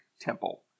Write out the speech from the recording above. temple